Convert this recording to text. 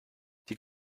die